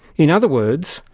in other words,